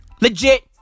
Legit